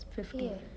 ya